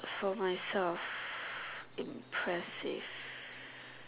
for myself impressive